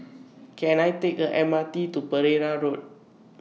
Can I Take A M R T to Pereira Road